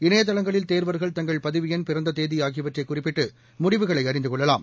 இணையதளங்களில் தேர்வர்கள் தங்கள் பதிவு எண் பிறந்த தேதி ஆகியவற்றை குறிப்பிட்டு முடிவுகளை அறிந்து கொள்ளலாம்